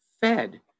fed